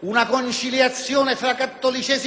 una conciliazione tra cattolicesimo e liberalismo,